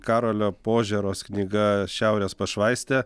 karolio požėros knyga šiaurės pašvaistė